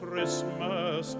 Christmas